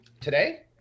today